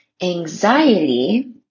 anxiety